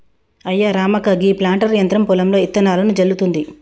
అయ్యా రామక్క గీ ప్లాంటర్ యంత్రం పొలంలో ఇత్తనాలను జల్లుతుంది